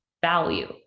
value